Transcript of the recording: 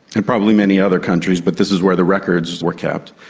and probably many other countries but this is where the records were kept,